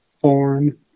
foreign